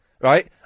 right